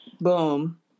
Boom